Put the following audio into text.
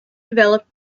developed